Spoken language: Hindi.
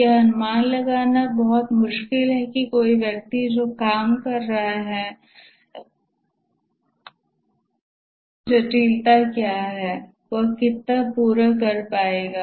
यह अनुमान लगाना बहुत मुश्किल है कि कोई व्यक्ति जो काम कर रहा है उसकी जटिलता क्या है और वह कितना पूरा कर पाएगा